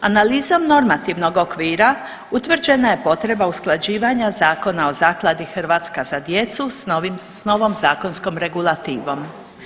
Analizom normativnog okvira utvrđena je potreba usklađivanja Zakona o Zakladi „Hrvatska za djecu“ s novom zakonskom regulativom.